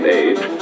age